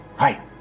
Right